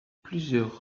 plusieurs